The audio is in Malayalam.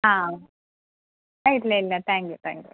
ആ ആ ഇല്ലില്ല താങ്ക് യൂ താങ്ക് യൂ